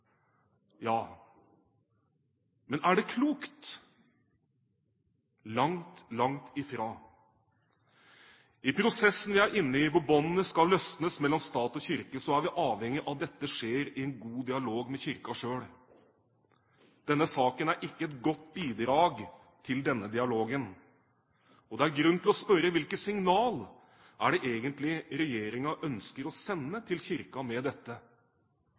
Ja. Men er det klokt? – Langt, langt ifra. I den prosessen vi er inne i, hvor båndene skal løsnes mellom stat og kirke, er vi avhengig av at dette skjer i en god dialog med Kirken selv. Denne saken er ikke et godt bidrag til denne dialogen. Det er grunn til å spørre: Hvilket signal er det egentlig regjeringen ønsker å sende til Kirken med dette?